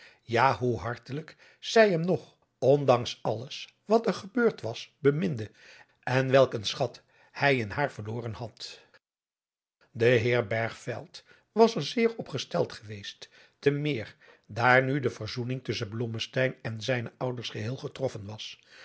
ja hoe hartelijk zij hem nog ondanks alles wat er gebeurd was beminde en welk een schat hij in haar verloren had adriaan loosjes pzn het leven van johannes wouter blommesteyn de heer bergveld was er zeer op gesteld geweest te meer daar nu de verzoening tusschen blommesten en zijne ouders geheel getroffen was